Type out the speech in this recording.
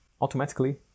automatically